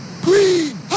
Green